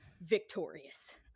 victorious